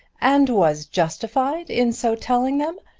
and was justified in so telling them?